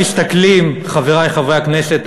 חברי חברי הכנסת,